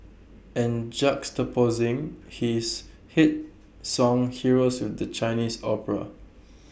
and juxtaposing his hit song heroes with the Chinese opera